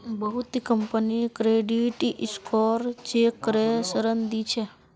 बहुत company credit score check करे ऋण दी छेक